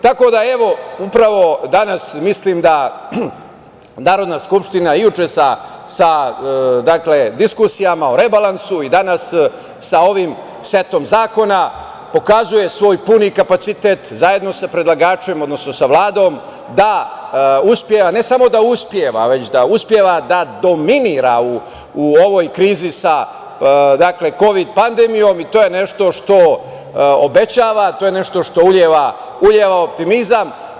Tako da, mislim da Narodna skupštine juče sa diskusijama o rebalansu i danas sa ovim setom zakona pokazuje svoj puni kapacitet zajedno sa predlagačem, odnosno sa Vladom da uspeva, ne samo da uspeva, već da uspeva da dominira u ovoj krizi sa Kovid pandemijom i to je nešto što obećava, to je nešto što uliva optimizam.